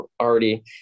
already